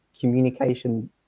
communication